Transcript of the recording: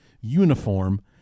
uniform